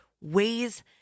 ways